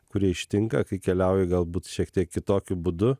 kurie ištinka kai keliauji galbūt šiek tiek kitokiu būdu